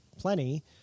plenty